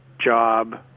job